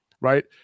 right